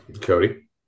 Cody